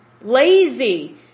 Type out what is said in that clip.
Lazy